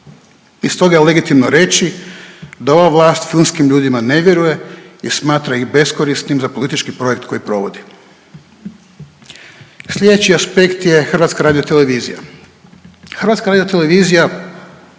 I stoga je legitimno reći da ova vlast filmskim ljudima ne vjeruje jer smatra ih beskorisnim za politički projekt koji provodi. Sljedeći aspekt je HRT, HRT može biti jedan od motora